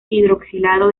hidroxilado